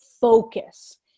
focus